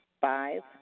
Five